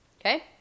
okay